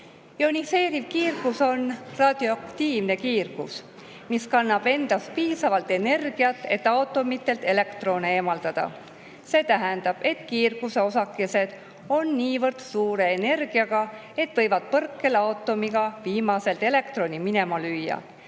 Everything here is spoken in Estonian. Ioniseeriv kiirgus on radioaktiivne kiirgus, mis kannab endas piisavalt energiat, et aatomitelt elektrone eemaldada. See tähendab, et kiirguse osakesed on niivõrd suure energiaga, et võivad põrkel aatomiga viimaselt elektroni minema lüüa.